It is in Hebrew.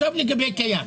לגבי עמותת "כייאן",